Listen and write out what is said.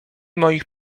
moich